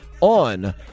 on